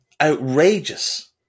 outrageous